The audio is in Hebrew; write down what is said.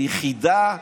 היחידה,